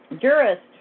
jurist